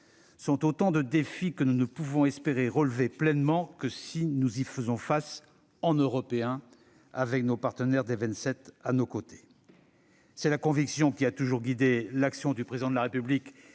sont autant de défis que nous ne pouvons espérer relever pleinement que si nous y faisons face en Européens, avec nos partenaires des Vingt-Sept à nos côtés. C'est la conviction qui a toujours guidé l'action du Président de la République